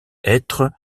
être